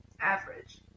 average